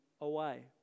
away